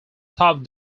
top